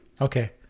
okay